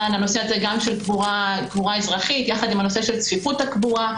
נושא הקבורה האזרחית יחד עם נושא צפיפות הקבורה.